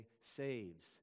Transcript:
saves